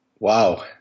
Wow